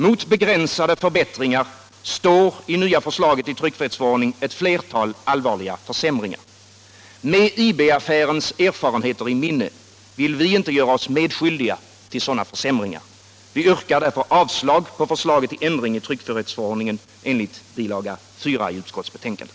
Mot begränsade förbättringar står i det nya förslaget till tryckfrihetsförordning flera allvarliga försämringar. Med IB-affärens erfarenheter i minne vill vi inte göra oss medskyldiga till sådana försämringar. Vi yrkar därför avslag på förslaget till ändring i tryckfrihetsförordningen enligt bil. 4 i utskottsbetänkandet.